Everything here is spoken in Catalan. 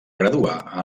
graduar